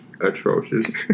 atrocious